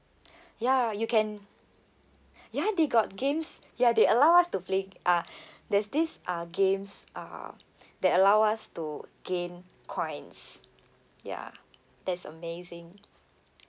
ya you can ya they got games ya they allow us to play uh there's this uh games uh that allow us to gain coins ya that's amazing